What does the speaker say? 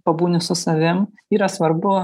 pabūni su savim yra svarbu